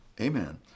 Amen